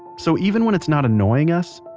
so even when it's not annoying us,